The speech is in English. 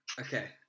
Okay